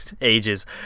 ages